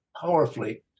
powerfully